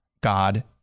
God